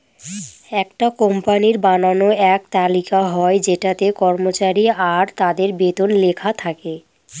একটা কোম্পানির বানানো এক তালিকা হয় যেটাতে কর্মচারী আর তাদের বেতন লেখা থাকে